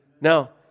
Now